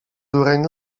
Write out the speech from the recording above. dureń